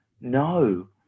no